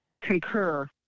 concur